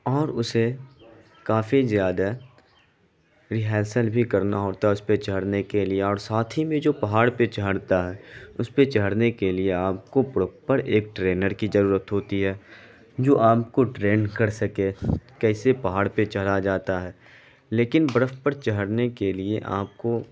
اور اسے کافی زیادہ ریہرسل بھی کرنا ہوتا اس پہ چڑھنے کے لیے اور ساتھ ہی میں جو پہاڑ پہ چڑھتا ہے اس پہ چڑھنے کے لیے آپ کو پروپر ایک ٹرینر کی ضرورت ہوتی ہے جو آپ کو ٹرین کر سکے کیسے پہاڑ پہ چڑھا جاتا ہے لیکن برف پر چڑھنے کے لیے آپ کو